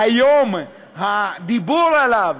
שהיום הדיבור עליו,